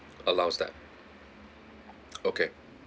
allows that okay